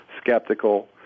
skeptical